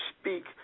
speak